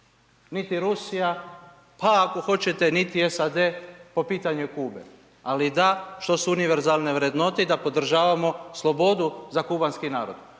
niti Rusija, pa ako hoćete niti SAD po pitanju Kube. Ali da, što su univerzalne vrednote i da podržavamo slobodu za kubanski narod.